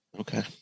Okay